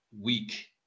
week